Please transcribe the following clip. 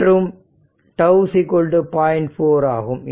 4 ஆகும்